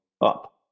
up